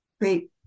Great